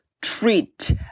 treat